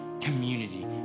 community